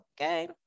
okay